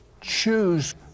choose